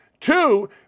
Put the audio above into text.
Two